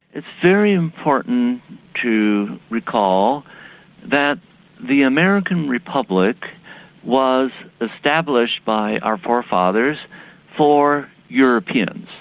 it's very important to recall that the american republic was established by our forefathers for europeans.